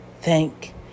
Thank